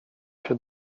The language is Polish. się